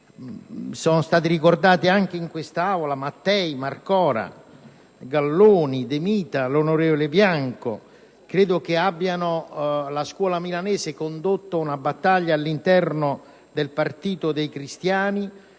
sono stati ricordati anche in quest'Aula (Mattei, Marcora, Galloni, De Mita, Bianco), credo che la scuola milanese abbia condotto una battaglia all'interno del partito dei cristiani